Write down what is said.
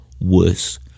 worse